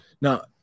now